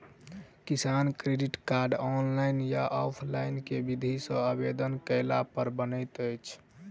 किसान credit card, online या offline केँ विधि सँ आवेदन कैला पर बनैत अछि?